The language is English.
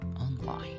online